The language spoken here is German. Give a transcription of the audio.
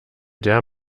der